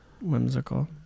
Whimsical